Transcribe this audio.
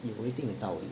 有一定的道理